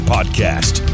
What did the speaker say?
Podcast